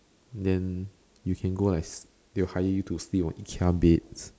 then you can go as they will hire you to sleep on IKEA beds